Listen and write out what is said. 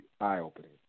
eye-opening